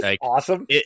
awesome